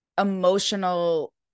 emotional